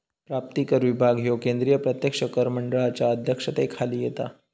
प्राप्तिकर विभाग ह्यो केंद्रीय प्रत्यक्ष कर मंडळाच्या अध्यक्षतेखाली येता